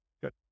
good